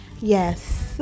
yes